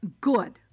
Good